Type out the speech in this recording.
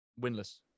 winless